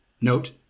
Note